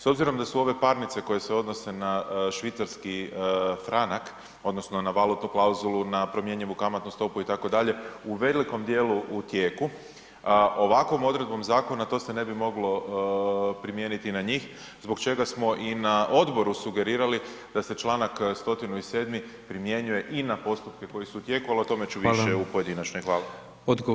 S obzirom da su ove parnice koje se odnose na švicarski franak odnosno na valutnu klauzulu, na promjenjivu kamatnu stopu itd., u velikom djelu u tijeku, ovakvom odredbom zakona to se ne bi moglo primijeniti na njih zbog čega smo i na odboru sugerirali da se članak 107. primjenjuje i na postupke koji su tijeku ali o tome ću više u pojedinačnoj, hvala.